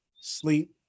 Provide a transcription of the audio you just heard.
Sleep